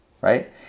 right